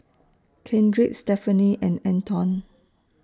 Kendrick Stephanie and Anton